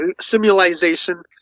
simulation